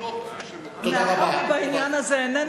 מאחר שבעניין הזה אינני,